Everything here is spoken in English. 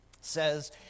says